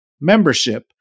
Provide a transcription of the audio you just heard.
Membership